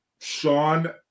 Sean